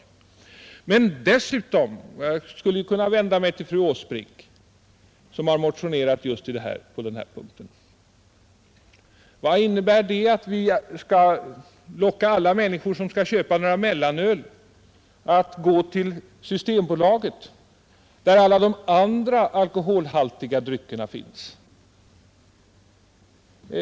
Men vad innebär det — och jag skulle kunna vända mig till fru Åsbrink, som har motionerat på denna punkt — att vi lockar alla människor som skall köpa några mellanöl att gå till Systembolaget, där alla de andra alkoholhaltiga dryckerna finns?